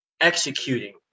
Executing